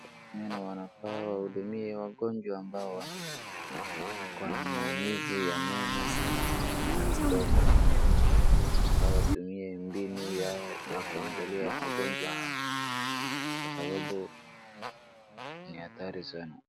Meno wanafaa wahudumie wagonjwa ambao wako na maumivu ya meno na ya mdomo. Wanafaa watumie mbinu yao ya kuangalia wagonjwa hao kwa sababu ni hatari sana.